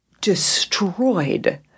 destroyed